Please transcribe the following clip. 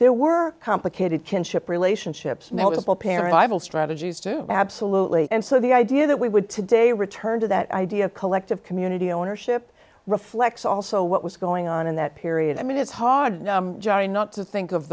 there were complicated kinship relationships and multiple parent strategies do absolutely and so the idea that we would today return to that idea of collective community ownership reflect also what was going on in that period i mean it's hard not to think of